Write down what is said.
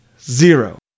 zero